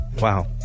Wow